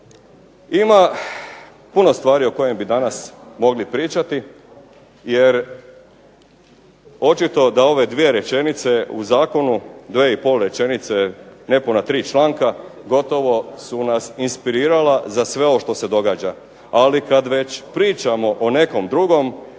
Ima puno stvari o kojim bi danas mogli pričati, jer očito da ove dvije rečenice u zakonu, dvije i pol rečenice, nepuna tri članka gotovo su nas inspirirala za sve ovo što se događa. Ali kad već pričamo o nekom drugom,